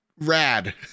Rad